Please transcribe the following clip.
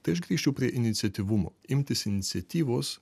tai aš grįžčiau prie iniciatyvumo imtis iniciatyvos